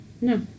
No